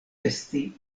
esti